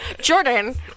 Jordan